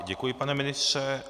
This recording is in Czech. Děkuji, pane ministře.